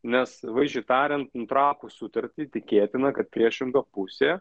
nes vaizdžiai tariant nutraukus sutartį tikėtina kad priešinga pusė